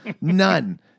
None